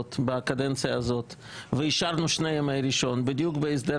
בקדנציה הזאת אנחנו כבר התכנסנו פעם אחת בוועדה